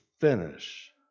finish